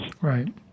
Right